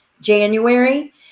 january